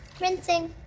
rinsing.